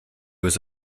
was